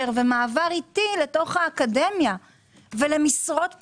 ומעבר איטי לתוך האקדמיה ולמשרות בכירות.